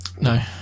no